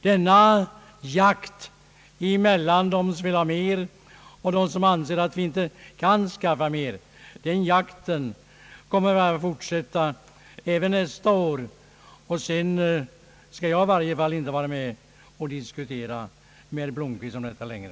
Denna tävlan mellan dem som vill ha mer och dem som anser att man inte kan skaffa flera tjänster kommer att fortsätta även nästa år, och sedan skall i varje fall inte jag vara med och diskutera med herr Blomquist om detta längre.